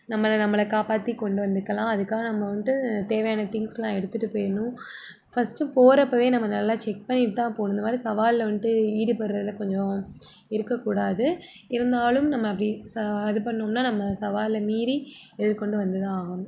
நம்மளை நம்மளை காப்பாற்றி கொண்டு வந்துக்கலாம் அதுக்காக நம்ம வந்துட்டு தேவையான திங்க்ஸுலாம் எடுத்துட்டு போயிடணும் ஃபஸ்ட்டு போகிறப்பவே நம்ம நல்லா செக் பண்ணிவிட்டுதான் போகணும் இந்தமாதிரி சவாலில் வந்துட்டு ஈடுபடுறதுல கொஞ்சம் இருக்கக்கூடாது இருந்தாலும் நம்ம அப்படி இது பண்ணோம்னா நம்ம சவாலில் மீறி எதிர்கொண்டு வந்துதான் ஆகணும்